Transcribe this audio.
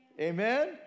Amen